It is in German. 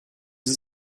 sie